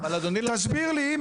תסביר לי,